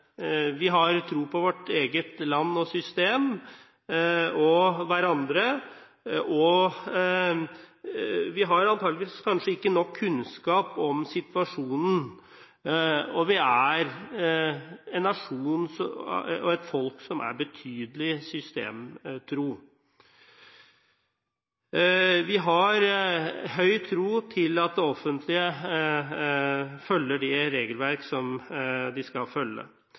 vi har tro på vårt eget land og system og hverandre. Vi har antakelig ikke nok kunnskap om situasjonen, og vi er en nasjon og et folk som er betydelig systemtro. Vi har stor tro på at det offentlige følger de regelverk som de skal følge.